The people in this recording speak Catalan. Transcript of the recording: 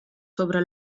sobre